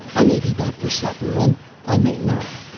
i may be back for supper and i may not.